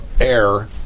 air